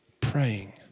praying